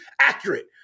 accurate